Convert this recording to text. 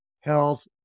health